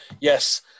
yes